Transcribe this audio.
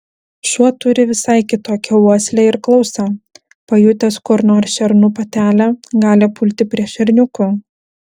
šuo turi visai kitokią uoslę ir klausą pajutęs kur nors šernų patelę gali pulti prie šerniukų